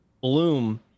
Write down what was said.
Bloom